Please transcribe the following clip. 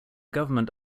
government